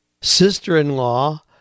sister-in-law